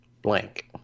blank